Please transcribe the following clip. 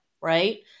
right